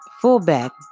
fullback